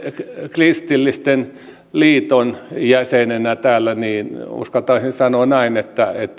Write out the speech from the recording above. kristillisen liiton jäsenenä täällä niin uskaltaisin sanoa että